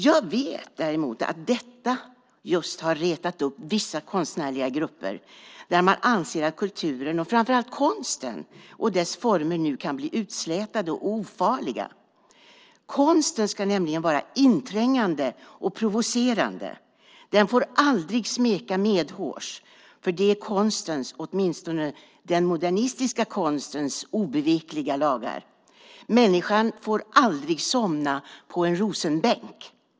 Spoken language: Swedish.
Jag vet däremot att detta just har retat upp vissa konstnärliga grupper, som anser att kulturen och framför allt konsten och dess former nu kan bli utslätade och ofarliga. Konsten ska nämligen vara inträngande och provocerande. Den får aldrig smeka medhårs, för det är konstens - åtminstone den modernistiska konstens - obevekliga lagar. Människan får aldrig somna på en rosenbänk.